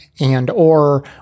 and/or